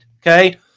okay